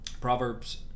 proverbs